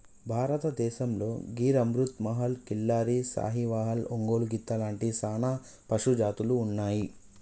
భారతదేసంతో గిర్ అమృత్ మహల్, కిల్లారి, సాహివాల్, ఒంగోలు గిత్త లాంటి సానా పశుజాతులు ఉన్నాయి